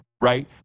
right